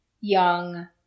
young